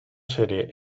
serie